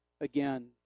again